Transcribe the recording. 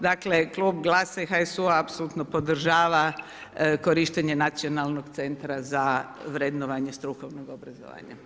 Dakle, klub GLAS-a i HSU-a apsolutno podržava korištenje Nacionalnog centra za vrednovanje strukovnog obrazovanja.